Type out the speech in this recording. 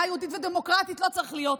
יהודית ודמוקרטית לא צריך להיות פה.